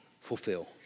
fulfill